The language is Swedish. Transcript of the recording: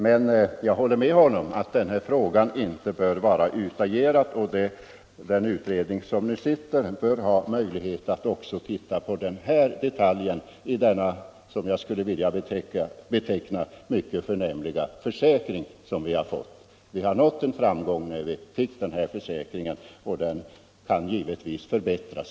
Men jag håller med herr Henmark om att frågan inte bör anses utagerad, och den utredning som nu arbetar bör ha möjlighet att se även på den här detaljen i denna, skulle jag vilja säga, mycket förnämliga försäkring. Vi nådde en framgång när vi fick försäkringen, men den kan givetvis förbättras.